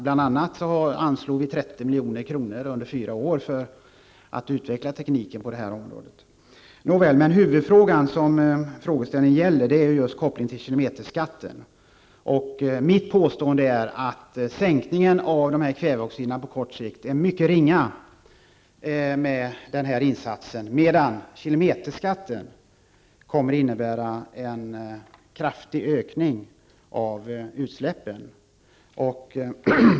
Bl.a. anslogs 30 milj.kr. under fyra år för att utveckla tekniken på detta område. Huvudfrågan gäller kopplingen till kilometerskatten. Jag påstår att sänkningen av kväveoxidhalten på kort sikt blir mycket ringa, medan slopandet av kilometerskatten kommer att innebära en kraftig ökning av utsläppen.